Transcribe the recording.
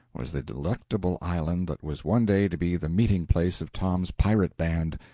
was the delectable island that was one day to be the meeting-place of tom's pirate band,